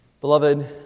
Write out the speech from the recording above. Beloved